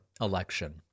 election